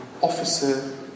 officer